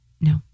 No